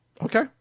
Okay